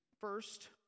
First